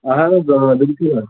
اَہَن حظ آ تُہی چھِوا